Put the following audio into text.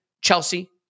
Chelsea